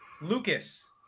Lucas